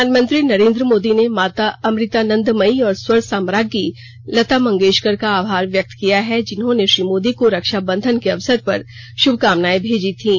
प्रधानमंत्री नरेन्द्र मोदी ने माता अमृतानंदनमयी और स्वर साम्राज्ञी लता मंगेश्कर का आभार व्यक्त किया है जिन्होंने श्री मोदी को रक्षा बंधन के अवसर पर उन्हें श्भकामनाएं भेजी थीं